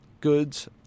goods